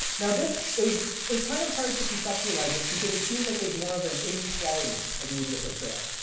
now this, it was, it was kind of hard to conceptualize this because it seemed like it was more of an inequality of media portrayal.